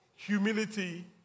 Humility